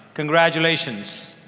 congratulations.